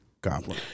goblin